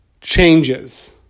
changes